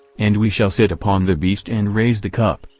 and we shall sit upon the beast and raise the cup,